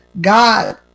God